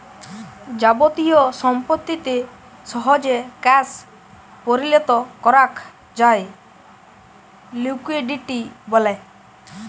যাবতীয় সম্পত্তিকে সহজে ক্যাশ পরিলত করাক যায় লিকুইডিটি ব্যলে